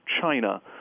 china